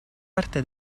parte